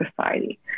society